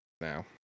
now